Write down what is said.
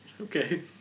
okay